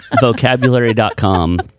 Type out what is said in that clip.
Vocabulary.com